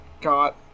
got